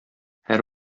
һәр